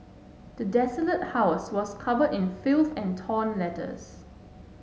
the desolated house was covered in filth and torn letters